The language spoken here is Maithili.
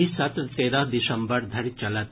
ई सत्र तेरह दिसम्बर धरि चलत